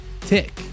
Tick